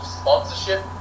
sponsorship